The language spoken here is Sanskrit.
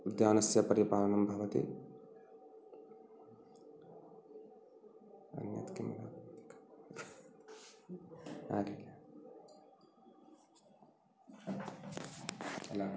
उद्यानस्य परिपालनं भवति अन्यत् किं न अलम्